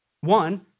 One